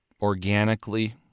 organically